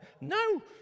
No